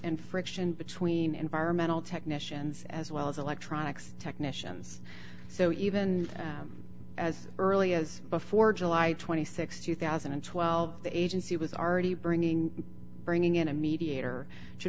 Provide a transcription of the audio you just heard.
and friction between environmental technicians as well as electronics technicians so even as early as before july th two thousand and twelve the agency was already bringing bringing in a mediator sh